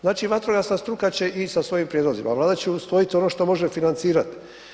Znači vatrogasna struka će ići sa svojim prijedlozima, Vlada će usvojit ono što može financirati.